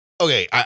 Okay